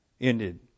ended